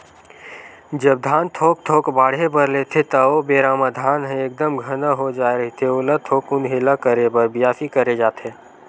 जब धान थोक थोक बाड़हे बर लेथे ता ओ बेरा म धान ह एकदम घना हो जाय रहिथे ओला थोकुन हेला करे बर बियासी करे जाथे